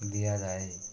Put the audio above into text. ଦିଆଯାଏ